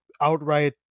outright